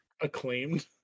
acclaimed